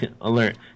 alert